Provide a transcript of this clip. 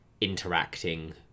interacting